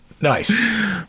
Nice